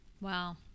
Wow